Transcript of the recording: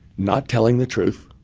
not telling the truth,